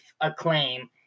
acclaim